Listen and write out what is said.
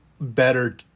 better